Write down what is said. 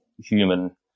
human